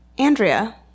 Andrea